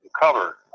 cover